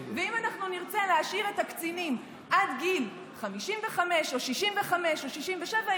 ואם אנחנו נרצה להשאיר את הקצינים עד גיל 55 או 65 או 67,